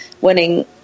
winning